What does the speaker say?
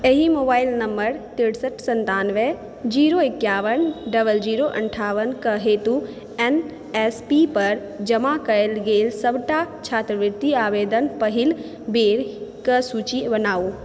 एहि mobile number तिरसठ सन्तानबे जीरो एक्यावन डबल जीरो अँठावनक हेतु एन एस पी पर जमा कयल गेल सबटा छात्रवृति आवेदन पहिल बेरक सूची बनाउ